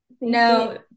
No